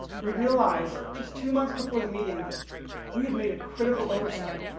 we realised just two months before the meeting we had made a critical oversight.